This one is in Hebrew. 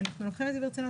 אנחנו לוקחים א זה ברצינות,